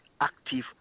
active